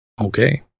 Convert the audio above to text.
okay